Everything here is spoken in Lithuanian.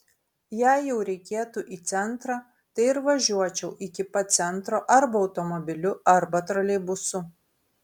jei jau reikėtų į centrą tai ir važiuočiau iki pat centro arba automobiliu arba troleibusu